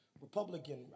Republican